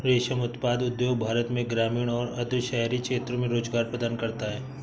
रेशम उत्पादन उद्योग भारत में ग्रामीण और अर्ध शहरी क्षेत्रों में रोजगार प्रदान करता है